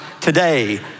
today